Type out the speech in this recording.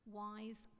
wise